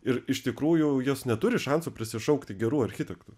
ir iš tikrųjų jis neturi šansų prisišaukti gerų architektų